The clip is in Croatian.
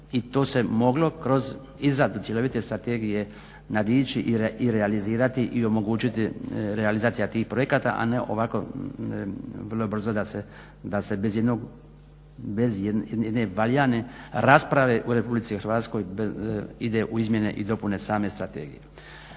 i to se moglo kroz izradu cjelovite strategije nadići i realizirati i omogućiti realizacija tih projekata, a ne ovako vrlo brzo da se bez ijedne valjane rasprave u Republici Hrvatskoj ide u izmjene i dopune same strategije.